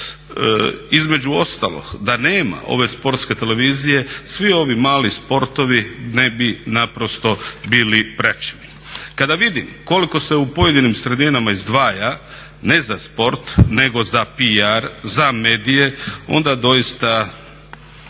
Između ostalog, da nema ove sportske televizije, svi ovi mali sportovi ne bi naprosto bili praćeni. Kada vidim koliko se u pojedinim sredinama izdvaja ne za sport nego za PR, za medije onda doista